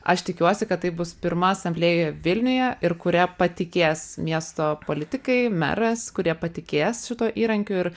aš tikiuosi kad tai bus pirma asamblėja vilniuje ir kuria patikės miesto politikai meras kurie patikės šituo įrankiu ir